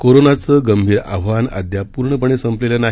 कोरोनाचं गंभीर आव्हान अद्याप पूर्णपणे संपलेले नाही